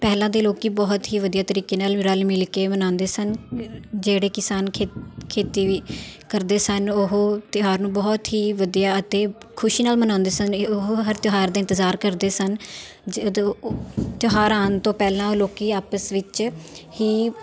ਪਹਿਲਾਂ ਦੇ ਲੋਕ ਬਹੁਤ ਹੀ ਵਧੀਆ ਤਰੀਕੇ ਨਾਲ ਰਲ ਮਿਲ ਕੇ ਮਨਾਉਂਦੇ ਸਨ ਜਿਹੜੇ ਕਿਸਾਨ ਖੇ ਖੇਤੀ ਵੀ ਕਰਦੇ ਸਨ ਓਹ ਤਿਉਹਾਰ ਨੂੰ ਬਹੁਤ ਹੀ ਵਧੀਆ ਅਤੇ ਖੁਸ਼ੀ ਨਾਲ ਮਨਾਉਂਦੇ ਸਨ ਓਹ ਹਰ ਤਿਉਹਾਰ ਦਾ ਇੰਤਜ਼ਾਰ ਕਰਦੇ ਸਨ ਜਦੋਂ ਤਿਉਹਾਰ ਆਉਣ ਤੋਂ ਪਹਿਲਾਂ ਲੋਕ ਆਪਸ ਵਿੱਚ ਹੀ